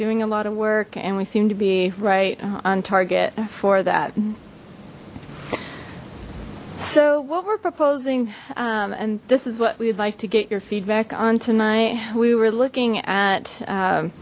doing a lot of work and we seem to be right on target for that so what we're proposing and this is what we'd like to get your feedback on tonight we were looking at